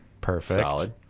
perfect